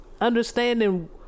Understanding